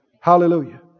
Hallelujah